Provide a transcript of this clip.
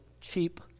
cheap